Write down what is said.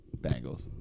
Bengals